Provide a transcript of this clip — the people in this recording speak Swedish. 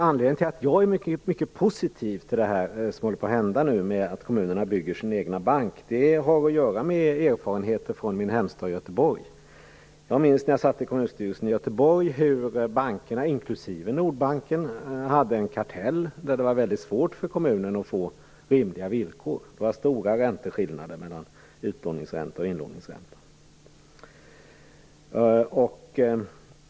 Anledningen till att jag är mycket positiv till det som håller på att hända, genom att kommunerna bygger sin egen bank, är de erfarenheter jag har från min hemstad Göteborg. När jag satt i kommunstyrelsen i Göteborg hade bankerna, inklusive Nordbanken, en kartell där det var väldigt svårt för kommunen att få rimliga villkor. Det var stor skillnad mellan utlåningsränta och inlåningsränta.